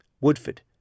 Woodford